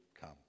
come